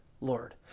Lord